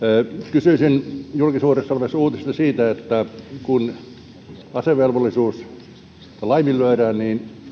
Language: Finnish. kysyisin julkisuudessa olevasta uutisesta siitä että kun asevelvollisuus laiminlyödään niin